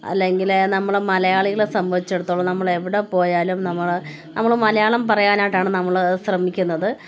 അല്ലെങ്കിൽ നമ്മൾ മലയാളികളെ സംബന്ധിച്ചെടുത്തോളം നമ്മൾ എവിടെപ്പോയാലും നമ്മൾ നമ്മൾ മലയാളം പറയാനായിട്ടാണ് നമ്മൾ ശ്രമിക്കുന്നത്